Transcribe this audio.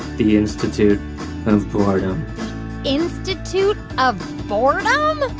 the institute of boredom institute of boredom? um